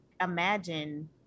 imagine